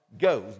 goes